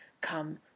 Come